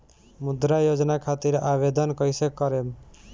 मुद्रा योजना खातिर आवेदन कईसे करेम?